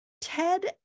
Ted